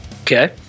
Okay